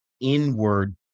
inward